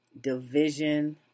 division